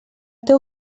teu